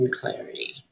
clarity